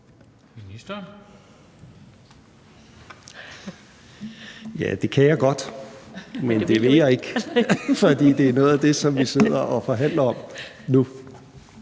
Det kan jeg godt, men det vil jeg ikke, fordi det er noget af det, som vi sidder og forhandler om nu